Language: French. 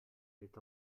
est